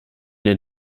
den